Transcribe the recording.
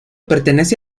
pertenece